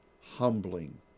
humbling